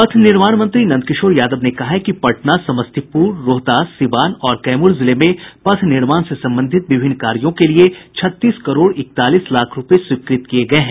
पथ निर्माण मंत्री नंदकिशोर यादव ने कहा है कि पटना समस्तीपुर रोहतास सीवान और कैमूर जिले में पथ निर्माण से संबंधित विभिन्न कार्यों के लिये छत्तीस करोड़ इकतालीस लाख रूपये स्वीकृत किये गये हैं